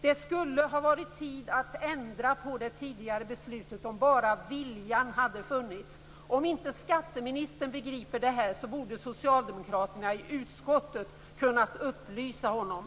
Det skulle ha funnits tid att ändra det tidigare beslutet, om bara viljan hade funnits. Om inte skatteministern begriper det här, borde socialdemokraterna i utskottet ha kunnat upplysa honom.